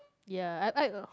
ya I I uh